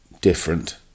different